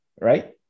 right